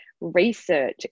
research